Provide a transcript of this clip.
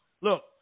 Look